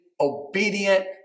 obedient